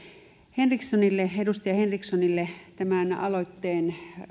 edustaja henrikssonille tämän aloitteen